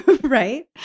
Right